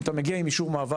אם אתה מגיע עם אישור מעבר,